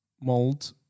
mold